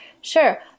sure